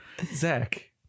zach